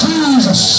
Jesus